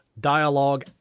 dialogue